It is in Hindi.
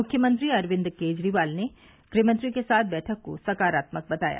मुख्यमंत्री अरविंद केजरीवाल ने गृहमंत्री के साथ बैठक को सकारात्मक बताया